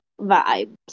vibes